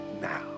now